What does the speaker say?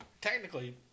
technically